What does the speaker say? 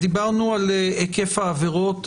דיברנו על היקף העבירות,